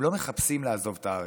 הם לא מחפשים לעזוב את הארץ.